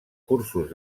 cursos